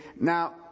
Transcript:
Now